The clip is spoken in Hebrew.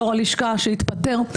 יושב-ראש הלשכה שהתפטר,